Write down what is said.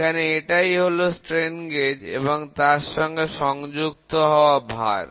এখানে এটাই হলো স্ট্রেন গেজ এবং তার সঙ্গে সংযুক্ত হওয়া ভার